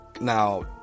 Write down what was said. Now